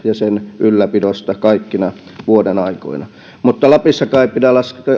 ja sen ylläpidosta kaikkina vuodenaikoina mutta lapissakaan ei pidä